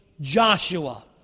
Joshua